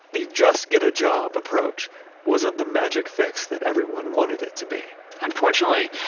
the just get a job approach wasn't the magic fix that everyone wanted it to be unfortunately,